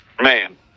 Man